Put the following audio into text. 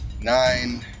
nine